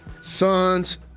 sons